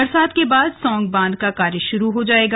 बरसात के बाद सौंग बांध का कार्य शुरूहो जायेगा